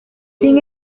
sin